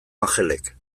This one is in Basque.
angelek